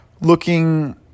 looking